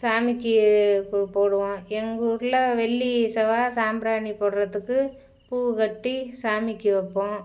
சாமிக்கு போ போடுவோம் எங்கள் ஊரில் வெள்ளி செவ்வாய் சாம்பிராணி போடுறத்துக்கு பூ கட்டி சாமிக்கு வைப்போம்